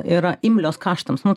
yra imlios kaštams nu